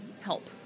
help